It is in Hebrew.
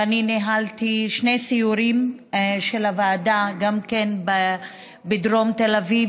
ואני ניהלתי שני סיורים של הוועדה, בדרום תל אביב